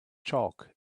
chalk